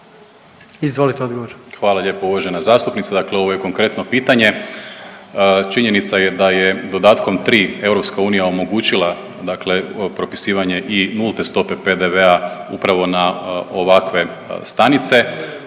Marko** Hvala lijepo uvažena zastupnice. Dakle, ovo je konkretno pitanje. Činjenica je da je dodatkom tri EU omogućila, dakle propisivanje i nulte stope PDV-a upravo na ovakve stanice.